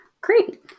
Great